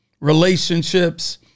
relationships